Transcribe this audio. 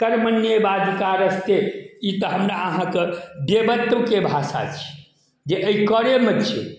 कर्मण्येवाधिकारस्ते ई तऽ हमरा अहाँके देवत्वके भाषा छी जे अय करेमे छै